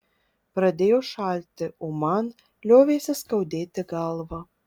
pradėjo šalti o man liovėsi skaudėti galvą